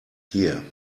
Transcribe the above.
here